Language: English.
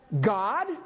God